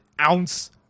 ounce